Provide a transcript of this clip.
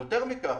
ויותר מכך,